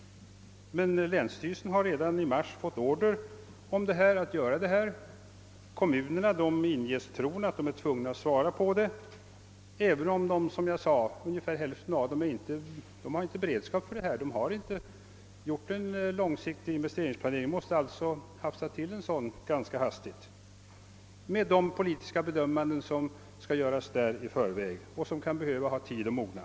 Länsstyrelserna har emellertid redan i mars fått order om att vidta åtgärderna, och kommunerna inges tron att de är tvungna att svara, även om, som jag sade, ungefär hälften av dem inte har någon beredskap på området. De har inte gjort en långsiktig investeringsplanering och måste alltså hafsa ihop en sådan, med de politiska bedömanden som det blir fråga om och som kan behöva tid att mogna.